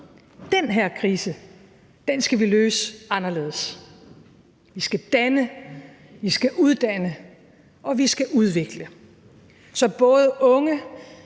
Den her krise skal vi løse anderledes. Vi skal danne, vi skal uddanne og vi skal udvikle, så både unge